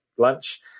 lunch